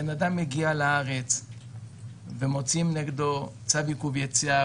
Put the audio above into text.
בן-אדם הגיע לארץ ומוציאים נגדו צו עיכוב יציאה,